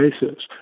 basis